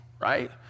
right